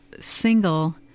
single